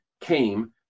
came